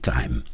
Time